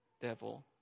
devil